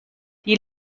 die